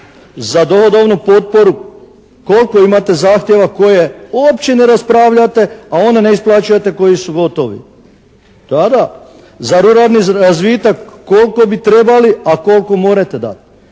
Za dohodovnu potporu koliko imate zahtjeva koje uopće ne raspravljate, a one ne isplaćujete koji su gotovi. Za ruralni razvitak kol'ko bi trebali, a kol'ko morete dat.